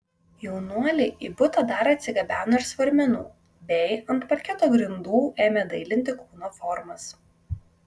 jaunuoliai į butą dar atsigabeno ir svarmenų bei ant parketo grindų ėmė dailinti kūno formas